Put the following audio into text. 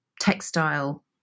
textile